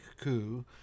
coup